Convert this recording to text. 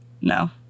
no